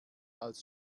als